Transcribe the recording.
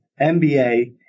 MBA